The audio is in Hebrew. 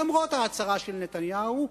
למרות ההצהרה של נתניהו,